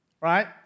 right